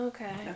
Okay